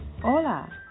Hola